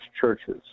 churches